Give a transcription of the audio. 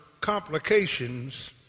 complications